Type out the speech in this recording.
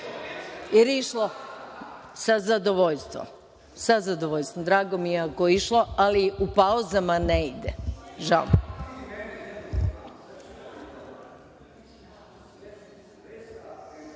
išlo? Sa zadovoljstvom, drago mi je da je išlo, ali u pauzama ne ide. Žao